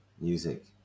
music